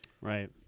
Right